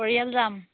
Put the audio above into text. পৰিয়াল যাম